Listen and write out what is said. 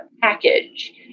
package